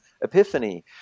epiphany